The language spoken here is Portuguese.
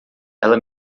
ela